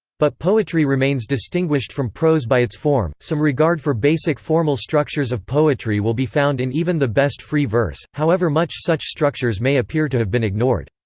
but poetry remains distinguished from prose by its form some regard for basic formal structures of poetry will be found in even the best free verse, however much such structures may appear to have been ignored.